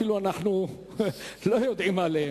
אפילו אנחנו לא יודעים עליהן,